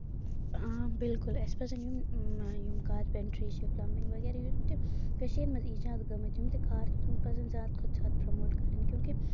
آ بِلکُل آسہِ پَزن یم یِم کارپینٹری چھِ پٔلمبِگ وغیرہ یم تہِ کٔشیٖر منٛز ایٖجاد گٔمٕتۍ یِم تہِ کار تِم پَزن زیادٕ کھۄتہٕ زیادٕ پرموٹ کَرٕنۍ کیوں کہِ